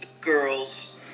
girls